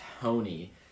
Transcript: Tony